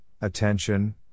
attention